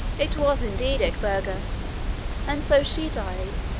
it was, indeed, edburga and so she died,